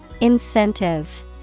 Incentive